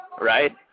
right